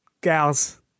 gals